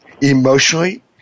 emotionally